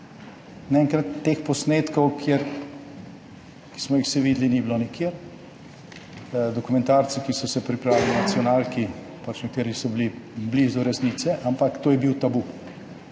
Naenkrat teh posnetkov, ki smo jih vsi videli, ni bilo nikjer. Dokumentarci, ki so se pripravili na nacionalki, pač nekateri so bili blizu resnice, ampak to je bil tabu.